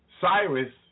Cyrus